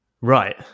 Right